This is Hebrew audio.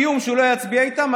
איום שהוא לא יצביע איתם,